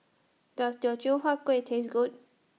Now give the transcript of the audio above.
Does Teochew Huat Kuih Taste Good